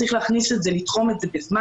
צריך לתחום את זה בזמן.